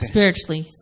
Spiritually